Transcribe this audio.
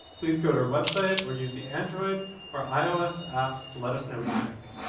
please go to our website, or use the android or ios apps to let us know what you think.